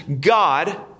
God